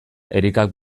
erikak